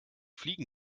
fliegen